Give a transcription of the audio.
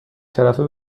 طرفه